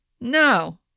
No